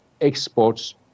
exports